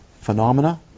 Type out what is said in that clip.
Phenomena